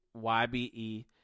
YBE